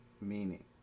meaning